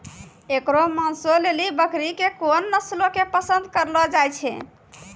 एकरो मांसो लेली बकरी के कोन नस्लो के पसंद करलो जाय छै?